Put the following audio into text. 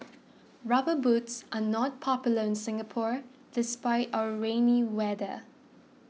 rubber boots are not popular in Singapore despite our rainy weather